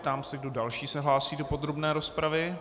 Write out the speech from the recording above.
Ptám se, kdo další se hlásí do podrobné rozpravy.